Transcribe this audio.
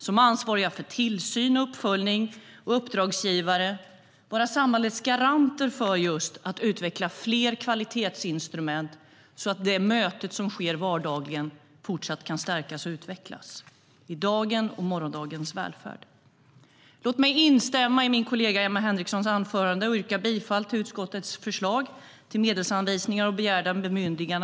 Som ansvariga för tillsyn och uppföljning och som uppdragsgivare ska vi vara samhällets garanter för att fler kvalitetsinstrument utvecklas, så att det möte som sker vardagligen fortsatt kan stärkas och utvecklas i dagens och morgondagens välfärd. Låt mig instämma i min kollega Emma Henrikssons anförande och yrka bifall till utskottets förslag till medelsanvisningar och begärda bemyndiganden.